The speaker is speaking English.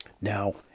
Now